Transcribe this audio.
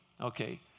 Okay